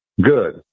Good